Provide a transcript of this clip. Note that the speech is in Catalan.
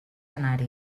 anar